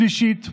שלישית,